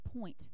point